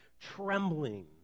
trembling